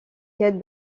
quête